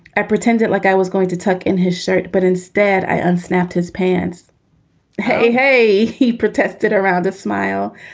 i pretended like i was going to tuck in his shirt, but instead i unsnapped his pants hey, hey! he protested around the smile,